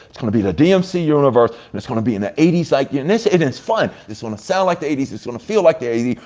it's gonna be the dmc universe. and it's gonna be in the eighty s, like yeah and it's fun. it's gonna sound like the eighty s, it's gonna feel like the eighty